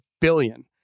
billion